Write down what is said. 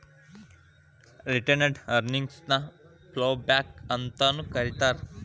retained earnings ನ ploughback ಅಂತಾನೂ ಕರೇತಾರ